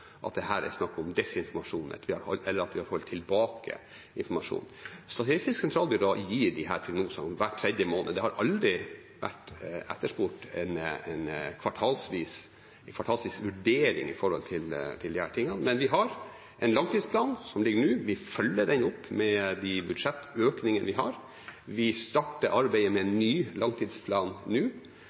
vi har holdt tilbake informasjon. Statistisk sentralbyrå gir disse prognosene hver tredje måned. Det har aldri vært etterspurt en kvartalsvis vurdering av disse tingene, men vi har en langtidsplan som ligger nå, og vi følger den opp med de budsjettøkninger vi har. Vi starter arbeidet med ny langtidsplan nå.